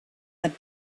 had